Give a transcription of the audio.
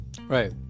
right